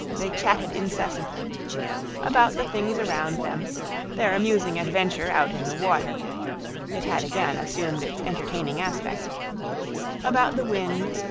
they chatted incessantly about the things around them their amusing adventure out in the water it had again assumed its entertaining aspect about the wind,